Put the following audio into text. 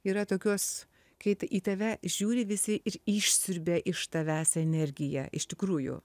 yra tokios kai į tave žiūri visi ir išsiurbia iš tavęs energiją iš tikrųjų